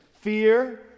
Fear